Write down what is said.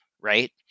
right